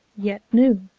yet new,